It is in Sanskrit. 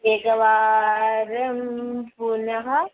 एकवारं पुनः